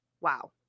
Wow